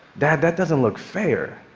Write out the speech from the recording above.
dad, that doesn't look fair.